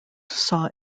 saw